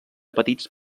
petits